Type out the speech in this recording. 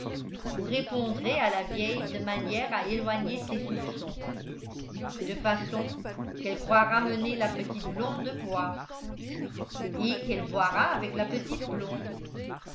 vous répondrez à la vieille de manière à éloigner ses soupçons de façon qu'elle croira mener la petite blonde boire et qu'elle boira avec la petite blonde